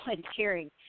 volunteering